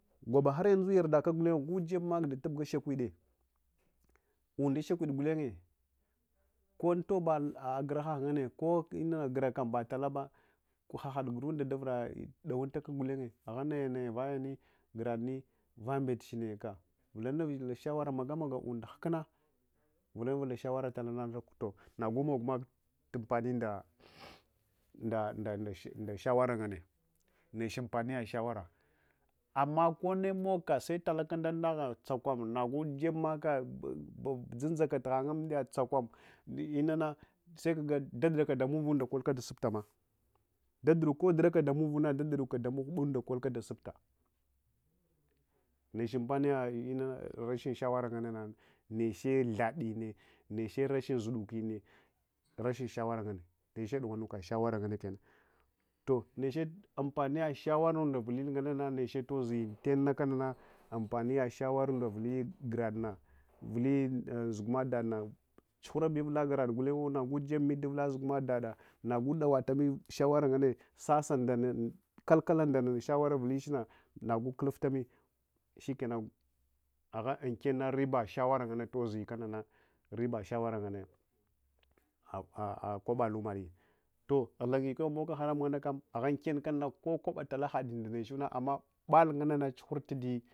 Gujebmaka ɗatubgashakwide unda shakiviɗ gulenye ko untoba guraha nganne, ko gurama batalaba ahade bugunda ɗavura ɗawuntaka gullaye ahanaya naya vayani guraɗm vambelchineka vulanavulal shawara maga maga undo hukuna vulanat villa shawara talana tor nagu mokmak ampani nɗa shawara nganne niche ampaniya shawara amma konne maguka set alaka nda nɗaha tsakwam nagu jebmaka dzunkakatu hangye amɗiya tsakwam inana sekaga dadu’nɗuka nɗamuru kalka dagufta nka dabukawo dadndamuvuna ɗaɗu ɗuka ndamahuba kalhka da sufta neche amfaniya rashi shawara niche rashin zudukwine rashin sharawara nganne, neche duhuwan anka shawara niche ampaniya shawara ngaɗa vullil yurudna vih zugmadadas. Tsuhur afi uvula guwadiya nganidawo nagu jeba mi duvula zuguma dada nagu dawabam shawara nganne sase kalkala nɗa vliliche na nagu kulluftami shikena aha mkenuna neche tozi riba shawara nganne, riba shawara nɗa une kwaba hanaɗiya guwoyikehto book haram hank am aha’inkenuna kukwabe tala hiyi nɗechuwuna amma nganna kullum tadiyi.